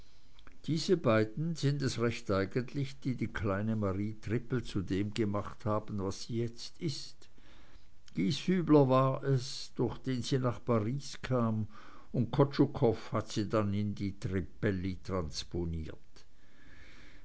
diese beiden sind es recht eigentlich die die kleine marie trippel zu dem gemacht haben was sie jetzt ist gieshübler war es durch den sie nach paris kam und kotschukoff hat sie dann in die trippelli transponiert